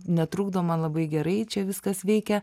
netrukdo man labai gerai čia viskas veikia